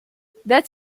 that